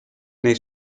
nei